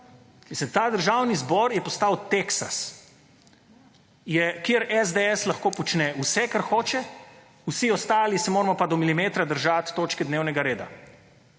ta Državni zbor je postal Teksas, kjer SDS lahko počne vse, kar hoče, vsi ostali se moramo pa do milimetra držati točke dnevnega reda.